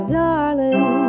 darling